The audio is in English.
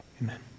Amen